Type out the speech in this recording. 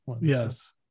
Yes